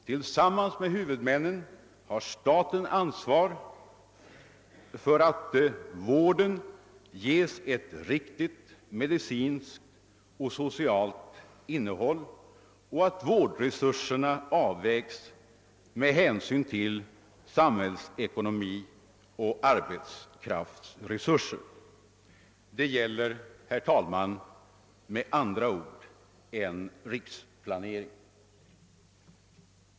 Tillsammans med huvudmännen har staten ansvaret för att vården ges ett riktigt medicinskt och socialt innehåll och att vårdresurserna avvägs med hänsyn till samhällsekonomiska resurser och arbetskraftsresurser. Det gäller, herr talman, med andra ord en riksplanering.